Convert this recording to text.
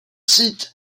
sites